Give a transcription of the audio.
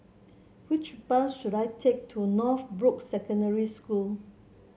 which bus should I take to Northbrooks Secondary School